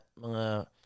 mga